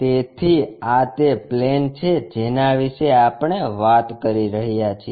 તેથી આ તે પ્લેન છે જેના વિશે આપણે વાત કરી રહ્યા છીએ